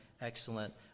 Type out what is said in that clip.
excellent